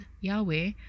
yahweh